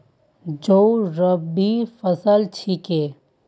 जौ रबी फसल छिके